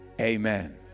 Amen